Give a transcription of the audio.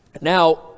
Now